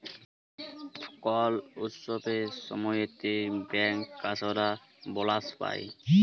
call উৎসবের ছময়তে ব্যাংকার্সরা বলাস পায়